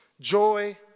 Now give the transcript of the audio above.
joy